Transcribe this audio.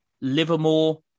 Livermore